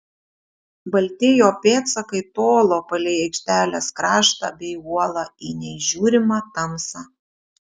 balti jo pėdsakai tolo palei aikštelės kraštą bei uolą į neįžiūrimą tamsą